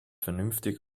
vernünftig